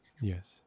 Yes